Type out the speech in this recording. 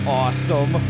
awesome